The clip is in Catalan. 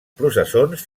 processons